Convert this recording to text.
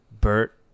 Bert